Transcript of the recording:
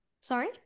sorry